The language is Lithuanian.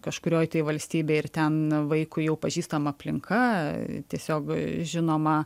kažkurioj tai valstybėj ir ten vaikui jau pažįstama aplinka tiesiog žinoma